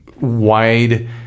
wide